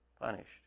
punished